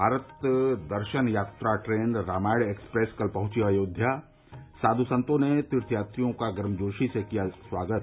भारत दर्शन यात्रा train Ramayan express कल पहंची अयोध्या साध् संतों ने तीर्थयात्रियों का गर्मजोशी से किया स्वागत